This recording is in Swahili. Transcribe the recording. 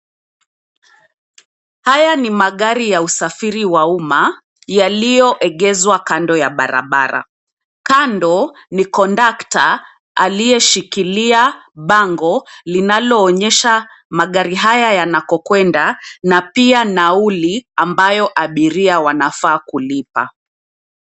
Haya ni magari ya usafiri wa uma yaliyo egezwa kando ya barabara, kando ni conductor alishikilia bango linalo onyesha magari haya yanakokwenda na pia nauli ambalo abiria wanafaa kupila.